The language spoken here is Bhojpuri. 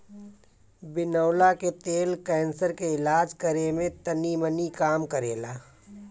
बिनौला के तेल कैंसर के इलाज करे में तनीमनी काम करेला